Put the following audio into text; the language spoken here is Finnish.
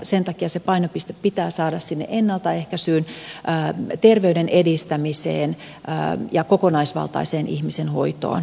sen takia se painopiste pitää saada sinne ennaltaehkäisyyn terveyden edistämiseen ja kokonaisvaltaiseen ihmisen hoitoon